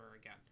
again